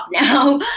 now